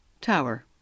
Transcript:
Tower